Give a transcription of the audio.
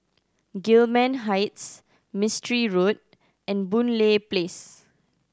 Gillman Heights Mistri Road and Boon Lay Place